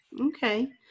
Okay